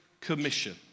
Commission